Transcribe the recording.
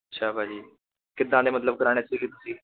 ਅੱਛਾ ਭਾਅ ਜੀ ਕਿੱਦਾਂ ਦੇ ਮਤਲਬ ਕਰਾਉਣੇ ਸੀਗੇ ਤੁਸੀਂ